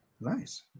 Nice